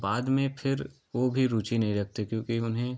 बाद में फिर वो भी रुचि नहीं रखते क्योंकि उन्हें